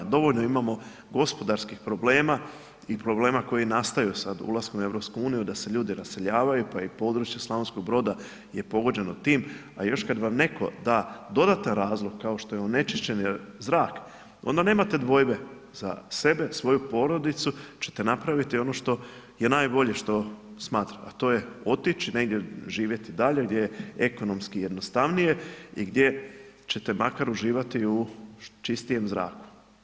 Dovoljno imamo gospodarskih problema i problema koji nastaju sad ulaskom u Europsku uniju da se ljudi raseljavaju, pa i područje Slavonskog Broda je pogođeno tim, a još kad vam netko da dodatan razlog kao što je onečišćeni zrak, onda nemate dvojbe za sebe, svoju porodicu će te napraviti ono je najbolje što smatrate, a to je otići negdje živjeti dalje gdje je ekonomski jednostavnije, i gdje će te makar uživati u čistijem zraku.